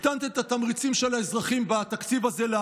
בתקציב הזה הקטנתם את התמריצים של האזרחים לעבוד,